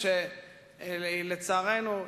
שלצערנו,